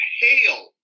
hail